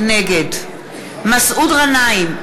נגד מסעוד גנאים,